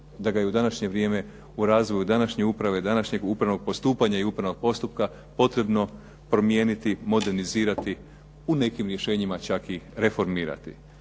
da ga i u današnje vrijeme u razvoju današnje uprave, današnjeg upravnog postupanja i upravnog postupka potrebno promijeniti, modernizirati, u nekim rješenjima čak i reformirati.